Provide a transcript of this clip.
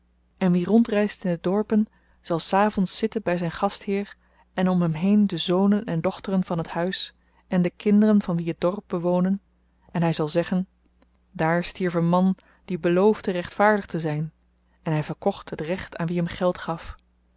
en wie rondreist in de dorpen zal s avends zitten by zyn gastheer en om hem heen de zonen en dochteren van het huis en de kinderen van wie het dorp bewonen en hy zal zeggen daar stierf een man die beloofde rechtvaardig te zyn en hy verkocht het recht aan wie hem geld gaf